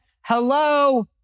Hello